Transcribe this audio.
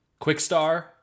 Quickstar